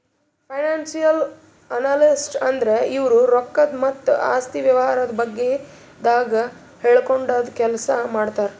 financial analyst ಅಂದ್ರ ಇವ್ರು ರೊಕ್ಕದ್ ಮತ್ತ್ ಆಸ್ತಿ ವ್ಯವಹಾರದ ಬಗ್ಗೆದಾಗ್ ಹೇಳ್ಕೊಡದ್ ಕೆಲ್ಸ್ ಮಾಡ್ತರ್